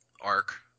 arc